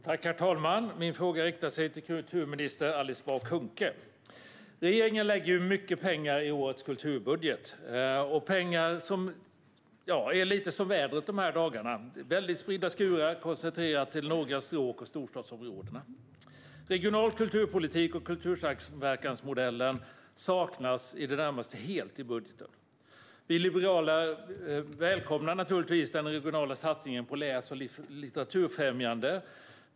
Herr talman! Min fråga riktar sig till kulturminister Alice Bah Kuhnke. Regeringen lägger mycket pengar i årets kulturbudget. Det är lite som vädret i dessa dagar. Det är väldigt spridda skurar, och det är koncentrerat till några stråk i storstadsområdena. Regional kulturpolitik och kultursamverkansmodellen saknas i det närmaste helt i budgeten. Vi liberaler välkomnar naturligtvis den regionala satsningen på läs och litteraturfrämjande.